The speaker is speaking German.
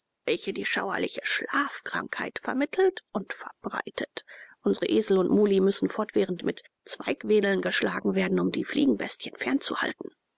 welche die schauerliche schlafkrankheit vermittelt und verbreitet unsre esel und muli müssen fortwährend mit zweigwedeln geschlagen werden um die fliegenbestien fernzuhalten